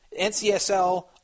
NCSL